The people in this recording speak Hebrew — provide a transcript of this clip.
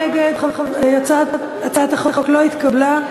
2013, נתקבלה.